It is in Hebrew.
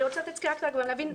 אני רוצה לתת סקירה כדי שנבין,